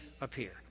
appear